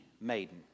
maiden